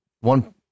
one